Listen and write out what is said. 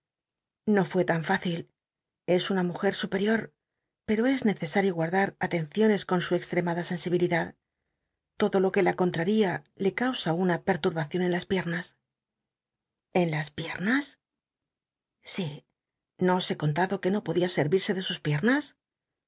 no fué tan facil es una mujer uperior pero es necesario gua llar atenciones con su extremada sensibilidad todo lo qu e la contraria le causa una pcrlurbacion en las piernas en las piernas si no o he onlado que no podía ser ir c de sus piemas